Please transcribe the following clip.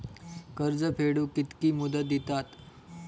कर्ज फेडूक कित्की मुदत दितात?